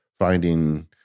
finding